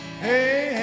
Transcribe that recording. hey